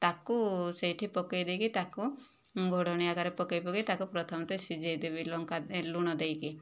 ତାକୁ ସେହିଠି ପକାଇ ଦେଇକି ତାକୁ ଘୋଡ଼ଣି ଆକାରରେ ପକାଇ ପକାଇ ତାକୁ ପ୍ରଥମେତ ଶିଝାଇ ଦେବି ଲଙ୍କା ଏ ଲୁଣ ଦେଇକି